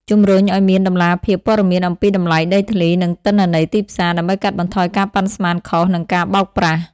ជំរុញឲ្យមានតម្លាភាពព័ត៌មានអំពីតម្លៃដីធ្លី និងទិន្នន័យទីផ្សារ ដើម្បីកាត់បន្ថយការប៉ាន់ស្មានខុស និងការបោកប្រាស់។